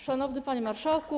Szanowny Panie Marszałku!